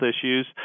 issues